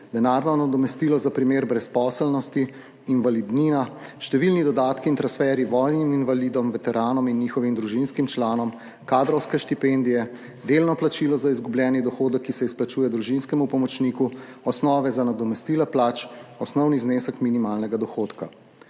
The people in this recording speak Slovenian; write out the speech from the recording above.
denarno nadomestilo za primer brezposelnosti, invalidnina, številni dodatki in transferji vojnim invalidom, veteranom in njihovim družinskim članom, kadrovske štipendije, delno plačilo za izgubljeni dohodek, ki se izplačuje družinskemu pomočniku, osnove za nadomestila plač, osnovni znesek minimalnega dohodka.